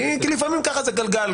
כי לפעמים זה גלגל,